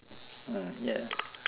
mm ya